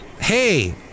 Hey